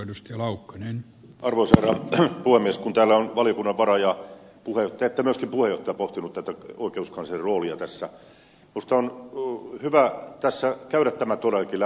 kun täällä ovat sekä valiokunnan varapuheenjohtaja että myöskin puheenjohtaja pohtineet tätä oikeuskanslerin roolia tässä minusta on hyvä tässä käydä tämä todellakin läpi